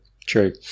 true